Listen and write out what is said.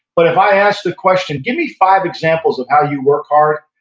but if i ask the question, give me five examples of how you've worked hard.